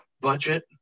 budget